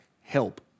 help